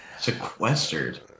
sequestered